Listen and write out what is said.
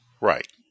Right